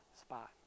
spot